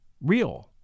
real